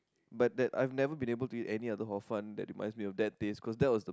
but that I've never been able to eat any other Hor-Fun that reminds me of that taste because that's was the